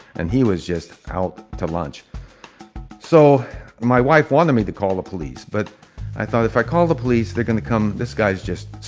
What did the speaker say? and he was just out to lunch so my wife wanted me to call the police, but i thought, if i call the police, they're going to come, this guy's just